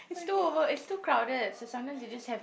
it's too over it's too crowded so sometimes you just have